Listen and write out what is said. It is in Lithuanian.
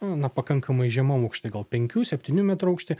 na pakankamai žemam aukšty gal penkių septynių metrų aukšty